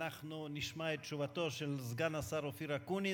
אנחנו נשמע את תשובתו של סגן השר אופיר אקוניס.